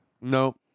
no